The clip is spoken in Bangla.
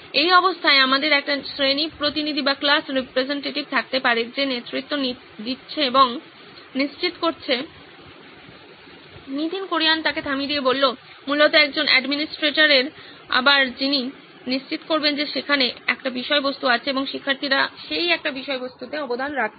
এই অবস্থায় আমাদের একটি শ্রেণী প্রতিনিধি থাকতে পারে যে নেতৃত্ব নিচ্ছে এবং নিশ্চিত করছে নীতিন কুরিয়ান মূলত একজন অ্যাডমিনিস্ট্রেটর আবার যিনি নিশ্চিত করবেন যে সেখানে একটি বিষয়বস্তু আছে এবং শিক্ষার্থীরা সেই একটি বিষয়বস্তুতে অবদান রাখছে